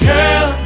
Girl